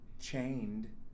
chained